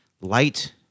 light